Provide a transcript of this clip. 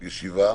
ישיבה,